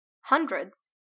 hundreds